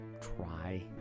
try